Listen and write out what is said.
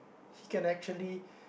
he can actually